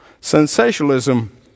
sensationalism